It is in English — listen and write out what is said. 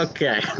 Okay